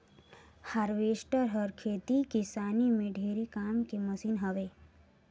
harvester हर खेती किसानी में ढेरे काम के मसीन हवे